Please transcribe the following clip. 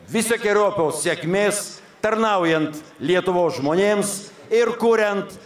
visokeriopos sėkmės tarnaujant lietuvos žmonėms ir kuriant